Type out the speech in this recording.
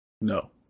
No